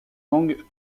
langues